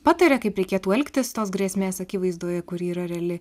pataria kaip reikėtų elgtis tos grėsmės akivaizdoje kuri yra reali